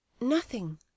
Nothing